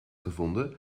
gevonden